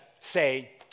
say